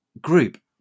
group